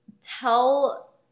tell